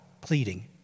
pleading